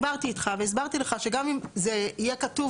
דיברתי איתך והסברתי לך שגם אם זה יהיה כתוב